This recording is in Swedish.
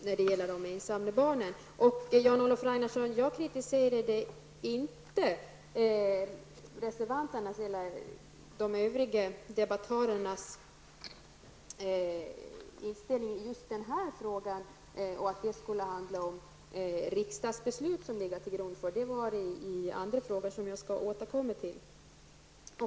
Jag kritiserar inte, Jan-Olof Ragnarsson, reservanternas och de övriga debattörernas inställning i just den frågan och att det skulle vara fråga om ett riksdagsbeslut som skulle ha legat till grund. Det gällde andra frågor som jag skall återkomma till.